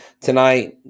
tonight